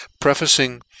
PREFACING